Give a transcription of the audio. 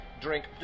drink